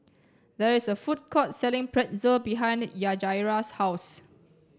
there is a food court selling Pretzel behind Yajaira's house